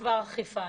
כבר יש אכיפה.